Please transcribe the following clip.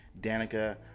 danica